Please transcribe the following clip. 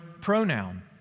pronoun